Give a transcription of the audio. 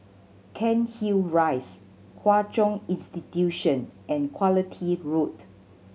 Cairnhill Rise Hwa Chong Institution and Quality Road